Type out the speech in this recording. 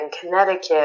Connecticut